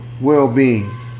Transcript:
well-being